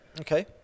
Okay